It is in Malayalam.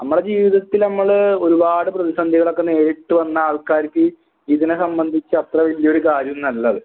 അമ്മടെ ജീവിതത്തിൽ അമ്മൾ ഒരുപാട് പ്രതിസന്ധികളക്കെ നേരിട്ട് വന്ന ആൾക്കാർക്ക് ഇതിനെ സംബന്ധിച്ചത്ര വലിയൊരു കാര്യൊന്നുവല്ലത്